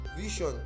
vision